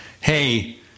hey